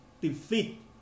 defeat